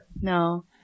No